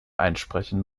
einsprechen